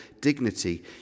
dignity